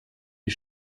die